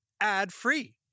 ad-free